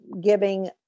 giving